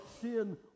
sin